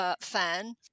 fan